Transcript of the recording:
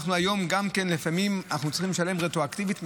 היום לפעמים אנחנו צריכים לשלם רטרואקטיבית,